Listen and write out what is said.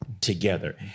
together